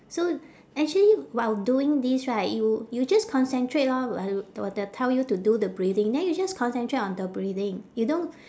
so actually while doing this right you you just concentrate lor while while they tell you to do the breathing then you just concentrate on the breathing you don't